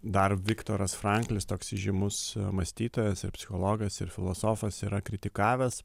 dar viktoras franklis toks įžymus mąstytojas ir psichologas ir filosofas yra kritikavęs